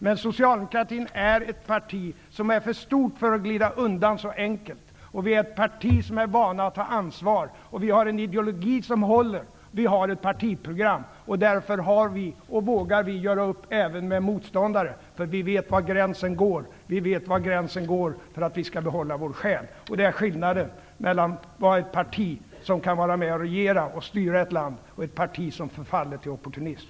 Men Socialdemokraterna är ett parti som är för stort för att kunna glida undan så enkelt. Vi är ett parti där vi är vana att ta ett ansvar. Vi har en ideologi som håller, och vi har ett partiprogram. Därför vågar vi göra upp även med motståndare, för vi vet var gränsen går för att vi skall kunna behålla vår själ. Det är skillnaden mellan ett parti som kan regera och styra ett land och ett parti som förfaller till opportunism.